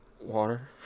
Water